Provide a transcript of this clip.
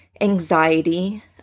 anxiety